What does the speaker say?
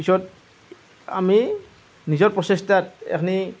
পিছত আমি নিজৰ প্ৰচেষ্টাত এইখিনি